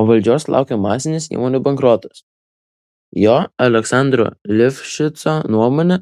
o valdžios laukia masinis įmonių bankrotas jo aleksandro lifšico nuomone